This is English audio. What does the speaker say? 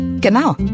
Genau